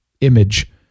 image